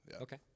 Okay